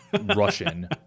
russian